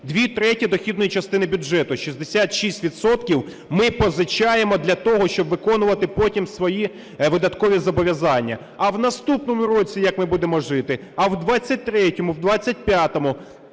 Дві третіх дохідної частини бюджету, 66 відсотків ми позичаємо для того, щоб виконувати потім свої видаткові зобов'язання. А в наступному році як ми будемо жити? А в 23-му, в 25-му